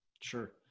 Sure